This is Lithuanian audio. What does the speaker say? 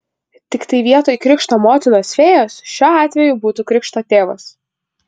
tiktai vietoj krikšto motinos fėjos šiuo atveju būtų krikšto tėvas